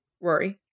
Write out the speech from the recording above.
rory